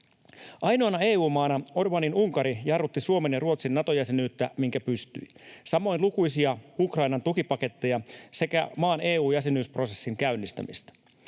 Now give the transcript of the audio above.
Ainoana EU-maana Orbánin Unkari jarrutti Suomen ja Ruotsin Nato-jäsenyyttä sen, minkä pystyi, samoin lukuisia Ukrainan tukipaketteja sekä maan EU-jäsenyysprosessin käynnistämistä.